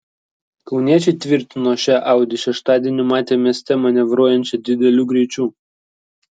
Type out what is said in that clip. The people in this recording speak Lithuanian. kauniečiai tvirtino šią audi šeštadienį matę mieste manevruojančią dideliu greičiu